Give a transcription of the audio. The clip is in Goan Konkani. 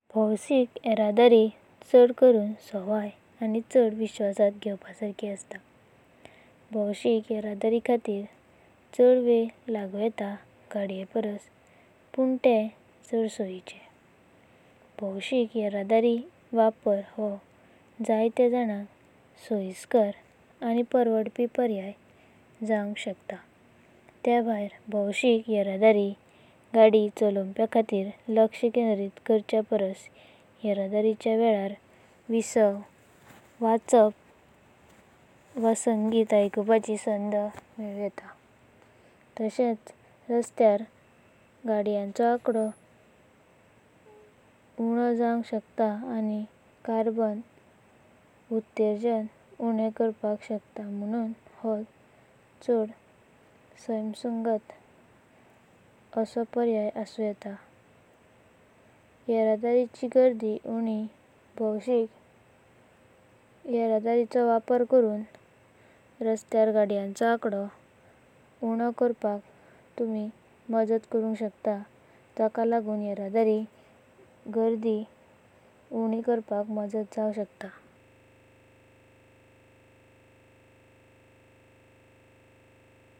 भोषिक येरदारी चढ करून संवाळय आनी चढ विश्वासांत घेवपसरकी असता। भोषिक येरदारिखातीर चढ वेळ लागु येता गाड्येपारस पण ते चढ सोयिचेण। भोषिक येरदारी वापरा हो जातेय जनका सोयसाकर आनी परवाड़पी परयाय जावंक शकता। ते भयार भोषिक येरदारी गाड़ी चालवपयाखातीर लक्ष केंद्रित खर्चे पारस येरदारिचया वेळार विश्व। वचपाच व संगीत आयकूनपाची संध मळून येता। ताशेंच रस्तेयर गाड्यांचो आकडो उनो करपाक शकतात आनी कार्बोन उतड़ाजन उणे करपाक शकतात। महुन्न हो चढ सायंसुसंगत आशो पर्याय आसून येता। येरदारी गारादी ऊनी भोषिक येरदारी'चो वापरा करून रस्तेयर गाड्यांचो आकडो उनो करपाक तुमी मजयता। करुंग शकतात जका लगून येरदारिची गारादी ऊनी करपाक मजयता जावंक शकता।